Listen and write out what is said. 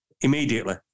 immediately